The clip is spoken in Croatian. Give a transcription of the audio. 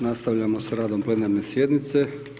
Nastavljamo s radom plenarne sjednice.